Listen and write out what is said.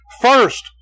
First